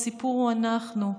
הסיפור הוא אנחנו.